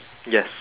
yes